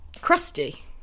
crusty